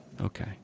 Okay